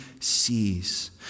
sees